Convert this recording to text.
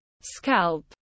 scalp